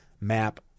map